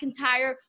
McIntyre